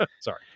sorry